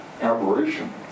aberration